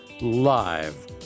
live